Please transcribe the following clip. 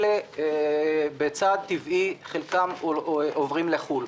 בצעד טבעי חלקם עוברים לחו"ל.